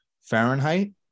Fahrenheit